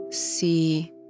see